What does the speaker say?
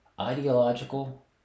ideological